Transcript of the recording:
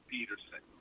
Peterson